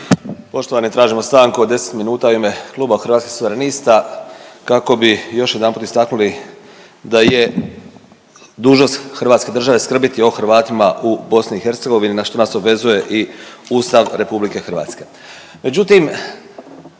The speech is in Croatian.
Poštovani, tražimo stanku od 10 minuta u ime kluba Hrvatskih suverenista kako bi još jedanput istaknuli da je dužnost Hrvatske države skrbiti o Hrvatima u BiH na što nas obvezuje i Ustav RH. Međutim, Hrvati